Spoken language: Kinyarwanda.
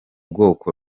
bwoko